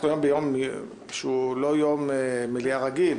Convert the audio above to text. אנחנו היום ביום שהוא לא יום מליאה רגיל,